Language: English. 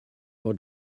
for